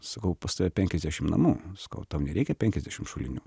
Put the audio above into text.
sakau pas tave penkiasdešim namų sakau tau nereikia penkiasdešim šulinių